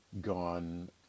gone